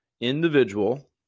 individual